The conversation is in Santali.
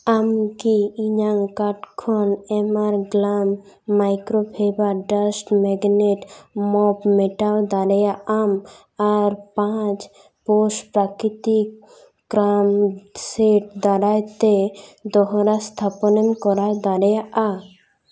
ᱟᱢᱠᱤ ᱤᱧᱟᱹᱜ ᱠᱟᱨᱰ ᱠᱷᱚᱱ ᱮᱢ ᱟᱨ ᱜᱞᱟᱢ ᱢᱟᱭᱠᱨᱳᱯᱷᱮᱵᱟᱨ ᱰᱟᱥᱴ ᱢᱮᱜᱽᱱᱮᱴ ᱢᱚᱯ ᱢᱮᱴᱟᱣ ᱫᱟᱲᱮᱭᱟᱜᱼᱟᱢ ᱟᱨ ᱯᱟᱪ ᱯᱳᱥ ᱯᱨᱟᱠᱨᱤᱛᱤᱠ ᱠᱨᱟᱢ ᱥᱮᱰ ᱫᱟᱨᱟᱭᱛᱮ ᱫᱚᱲᱦᱟ ᱥᱛᱷᱟᱯᱚᱱᱮᱢ ᱠᱚᱨᱟᱣ ᱫᱟᱲᱮᱭᱟᱜᱼᱟ